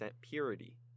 Purity